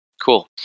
Cool